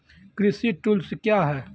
कृषि टुल्स क्या हैं?